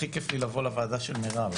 הכי כיף לי לבוא לוועדה של מירב.